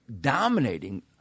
dominating